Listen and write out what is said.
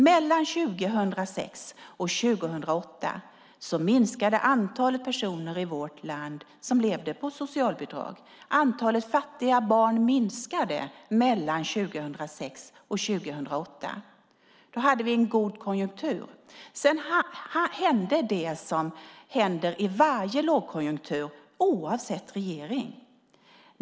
Mellan 2006 och 2008 minskade antalet personer som levde på socialbidrag i vårt land. Antalet fattiga barn minskade mellan 2006 och 2008. Vi hade en god konjunktur. Sedan hände det som händer i varje lågkonjunktur, oavsett regering.